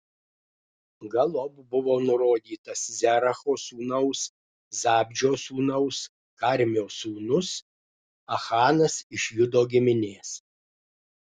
galop buvo nurodytas zeracho sūnaus zabdžio sūnaus karmio sūnus achanas iš judo giminės